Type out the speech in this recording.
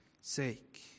sake